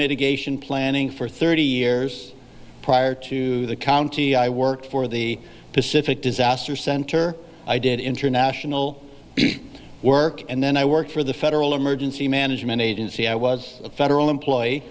mitigation planning for thirty years prior to the county i worked for the pacific disaster center i did international work and then i worked for the federal emergency management agency i was a federal employee